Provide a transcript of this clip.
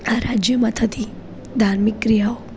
આ રાજ્યમાં થતી ધાર્મિક ક્રિયાઓ